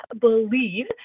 believe